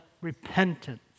repentance